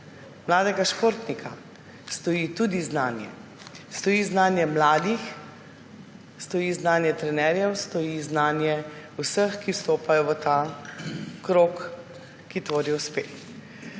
mladega športnika stoji tudi znanje. Stoji znanje mladih, stoji znanje trenerjev, stoji znanje vseh, ki vstopajo v ta krog, ki tvori uspeh.